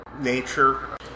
Nature